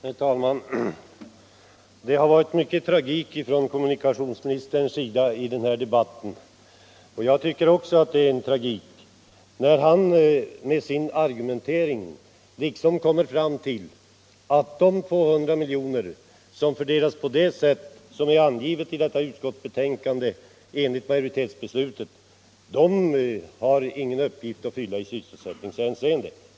Herr talman! Det har varit mycken tragik från kommunikationsministerns sida i denna debatt. Jag tycker också att det är tragiskt när kommunikationsministern med sin argumentation kommer fram till att de 200 miljoner, som fördelas på det sätt som enligt majoritetsbeslutet är angivet i detta utskottsbetänkande, inte har någon uppgift att fylla i sysselsättningshänseende.